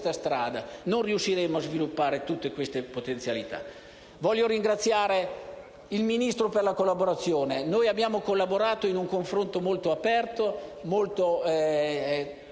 insieme, non riusciremo a sviluppare tutte queste potenzialità. Voglio ringraziare il Ministro per la collaborazione. Abbiamo collaborato in un confronto molto aperto e